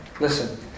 listen